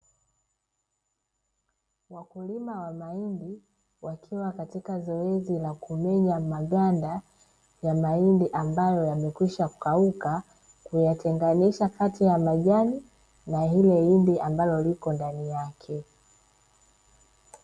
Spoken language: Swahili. Wakulima wa mahindi wakiwa katika zoezi la kumenya maganda ya mahindi ambayo yamekwisha kauka, kuyatenganisha kati ya majani na lile hindi ambalo liko ndani yake.